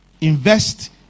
Invest